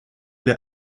для